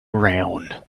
around